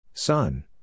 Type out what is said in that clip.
Sun